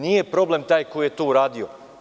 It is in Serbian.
Nije problem taj koji je to uradio.